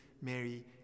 Mary